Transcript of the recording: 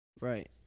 Right